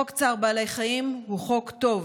חוק צער בעלי חיים הוא חוק טוב,